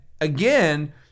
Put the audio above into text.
again